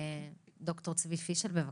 ד"ר צבי פישל, בבקשה.